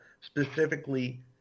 specifically